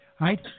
right